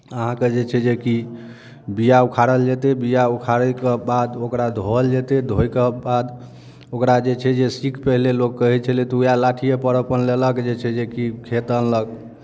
अहाँकेँ जे छै जे कि बीआ उखाड़ल जेतै बीआ उखाड़यके बाद ओकरा धोअल जेतै धोए के बाद ओकरा जे छै जे सीँक पहिले लोक कहै छलय तऽ उएह लाठिएपर अपन लेलक जे छै जेकि खेत अनलक